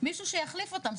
מישהו שיחליף אותם,